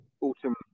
Autumn